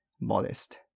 modest